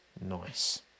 nice